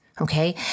okay